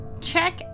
check